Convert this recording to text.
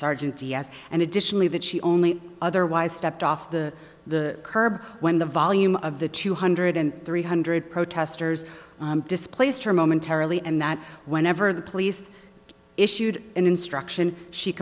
sergeant diaz and additionally that she only otherwise stepped off the the curb when the volume of the two hundred and three hundred protesters displaced her momentarily and that whenever the police issued an instruction she